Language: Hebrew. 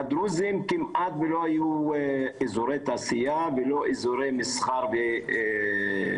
לדרוזים כמעט ולא היו אזורי תעשייה ולא אזורי מסחר ותעשייה,